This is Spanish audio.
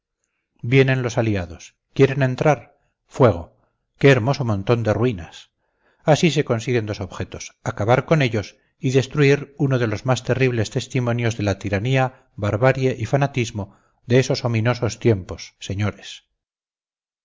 vienen los aliados quieren entrar fuego qué hermoso montón de ruinas así se consiguen dos objetos acabar con ellos y destruir uno de los más terribles testimonios de la tiranía barbarie y fanatismo de esos ominosos tiempos señores